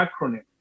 acronym